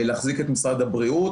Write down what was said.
להחזיק את משרד הבריאות,